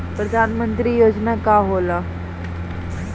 प्रधानमंत्री योजना का होखेला?